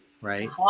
right